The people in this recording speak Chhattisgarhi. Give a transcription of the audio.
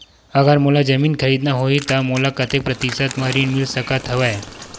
अगर मोला जमीन खरीदना होही त मोला कतेक प्रतिशत म ऋण मिल सकत हवय?